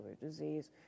disease